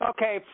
Okay